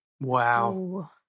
Wow